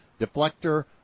Deflector